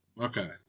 Okay